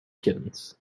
kittens